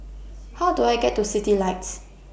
How Do I get to Citylights